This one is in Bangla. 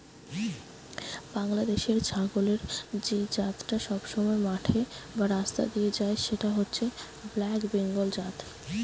বাংলাদেশের ছাগলের যে জাতটা সবসময় মাঠে বা রাস্তা দিয়ে যায় সেটা হচ্ছে ব্ল্যাক বেঙ্গল জাত